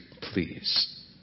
please